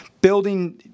building